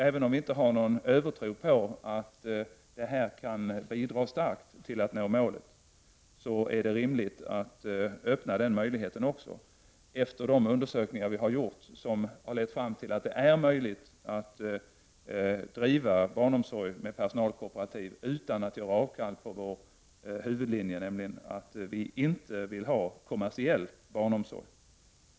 Även om vi inte har någon övertro på att detta kan bidra starkt till att vi når målet, så finner vi att det är rimligt att öppna också den möjligheten. De undersökningar vi gjort har lett fram till att det är möjligt att driva barnomsorg med personalkooperativ utan att ge avkall på vår huvudlinje, nämligen att vi inte vill ha kommersiell barnomsorg.